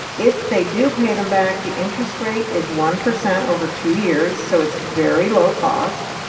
if they do pay them back, the interest rate is one percent over two years. so it's very low cost.